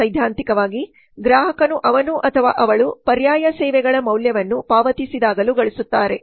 ಸೈದ್ಧಾಂತಿಕವಾಗಿ ಗ್ರಾಹಕನು ಅವನು ಅಥವಾ ಅವಳು ಪರ್ಯಾಯ ಸೇವೆಗಳ ಮೌಲ್ಯವನ್ನು ಪಾವತಿಸಿದಾಗಲೂ ಗಳಿಸುತ್ತಾರೆ